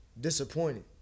disappointed